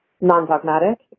non-dogmatic